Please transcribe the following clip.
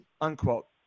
Unquote